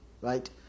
right